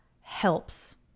helps